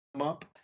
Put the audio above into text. up